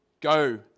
go